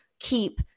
keep